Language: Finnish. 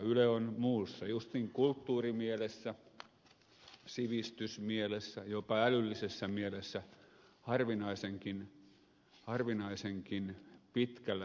yle on muussa justiin kulttuurimielessä sivistysmielessä jopa älyllisessä mielessä harvinaisenkin pitkällä